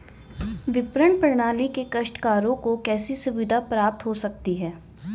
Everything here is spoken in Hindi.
विपणन प्रणाली से काश्तकारों को कैसे सुविधा प्राप्त हो सकती है?